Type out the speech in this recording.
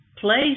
place